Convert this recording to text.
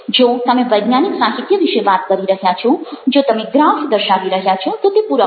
જો તમે વૈજ્ઞાનિક સાહિત્ય વિશે વાત કરી રહ્યા છો જો તમે ગ્રાફ દર્શાવી રહ્યા છો તો તે પૂરક છે